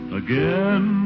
again